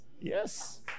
Yes